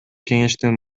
кеңештин